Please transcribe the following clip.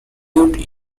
haute